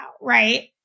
right